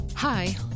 Hi